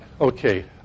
Okay